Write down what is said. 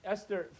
Esther